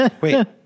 Wait